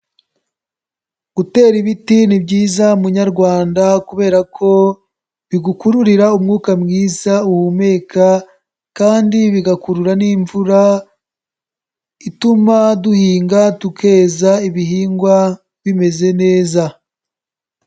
Gutera ibiti ni byiza munyarwanda kubera ko bigukururira umwuka mwiza uhumeka kandi bigakurura n'imvura, ituma duhinga tukeza ibihingwa bimeze neza.